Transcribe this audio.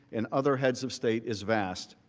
and other heads of state is vast.